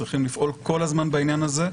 צריכים לפעול כל הזמן בעניין הזה.